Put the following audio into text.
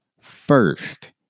first